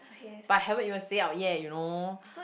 but haven't even say out yet you know